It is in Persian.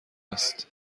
است